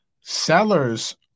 Sellers